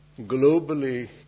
globally